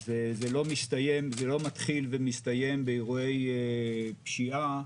אז זה לא מתחיל ומסתיים באירועי פשיעה,